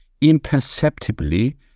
imperceptibly